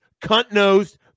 cunt-nosed